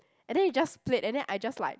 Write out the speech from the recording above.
and then it just played and then I just like